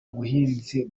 ubuhinzi